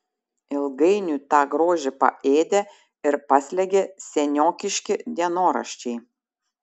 ilgainiui tą grožį paėdė ir paslėgė seniokiški dienoraščiai